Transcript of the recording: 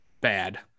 bad